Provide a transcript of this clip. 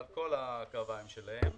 על כל הקרביים שלהן.